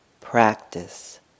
practice